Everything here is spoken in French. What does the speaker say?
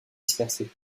dispersés